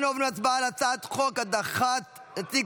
אנו עוברים להצבעה על הצעת חוק הדחת נציג